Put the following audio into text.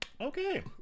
Okay